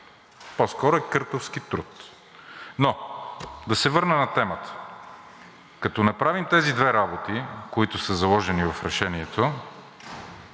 по-скоро е къртовски труд. Но да се върна на темата. Като направим тези две работи, заложени в решението,